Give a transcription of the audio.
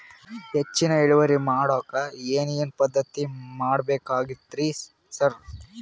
ಹೆಚ್ಚಿನ್ ಇಳುವರಿ ಮಾಡೋಕ್ ಏನ್ ಏನ್ ಪದ್ಧತಿ ಮಾಡಬೇಕಾಗ್ತದ್ರಿ ಸರ್?